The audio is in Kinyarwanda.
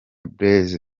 blaise